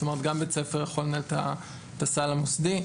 גם בית ספר יכול לנהל את הסל המוסדי.